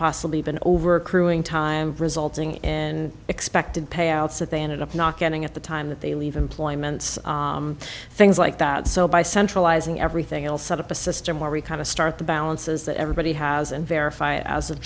possibly been over accruing time resulting in expected payouts that they ended up not getting at the time that they leave employment things like that so by centralizing everything else set up a system where we kind of start the balances that everybody has and verify as of